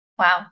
wow